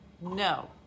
no